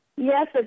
Yes